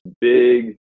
big